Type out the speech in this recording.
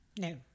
No